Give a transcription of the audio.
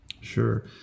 Sure